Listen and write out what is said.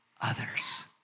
others